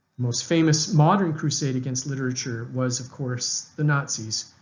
most famous modern crusade against literature was of course the nazis,